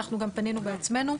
אנחנו גם פנינו בעצמנו,